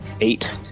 Eight